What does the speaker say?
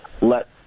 let